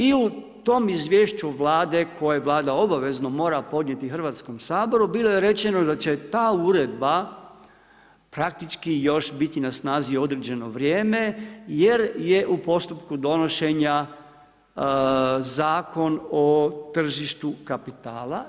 I u tom izvješću Vlade koje Vlada obavezno mora podnijeti Hrvatskom saboru, bilo je rečeno da će ta uredba praktički još biti na snazi određen vrijeme jer je u postupku donošenja Zakona o tržištu kapitala.